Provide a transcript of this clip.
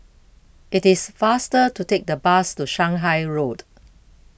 it is faster to take the bus to Shanghai Road